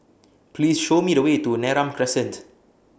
Please Show Me The Way to Neram Crescent